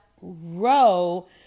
row